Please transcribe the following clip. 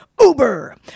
Uber